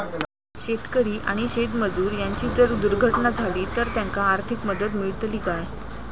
शेतकरी आणि शेतमजूर यांची जर दुर्घटना झाली तर त्यांका आर्थिक मदत मिळतली काय?